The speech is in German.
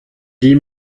die